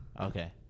Okay